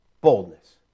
boldness